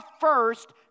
first